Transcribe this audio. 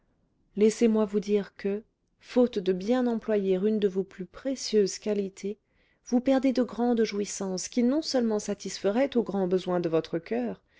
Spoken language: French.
laissez-moi vous dire que faute de bien employer une de vos plus précieuses qualités vous perdez de grandes jouissances qui non-seulement satisferaient aux grands besoins de votre coeur